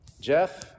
jeff